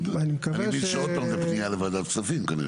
אני מבין שעוד פעם זה פנייה לוועדת כספים כנראה.